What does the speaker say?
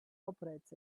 operates